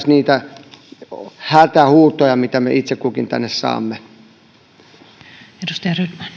niitä hätähuutoja mitä me itse kukin tänne saamme arvoisa